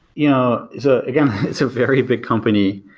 yeah it's ah again, it's a very big company,